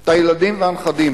את הילדים והנכדים.